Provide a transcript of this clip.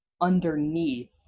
underneath